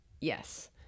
Yes